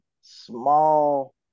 small